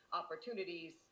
opportunities